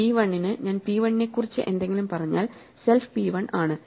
p 1 ന് ഞാൻ p 1 നെക്കുറിച്ച് എന്തെങ്കിലും പറഞ്ഞാൽ സെൽഫ് p 1 ആണ്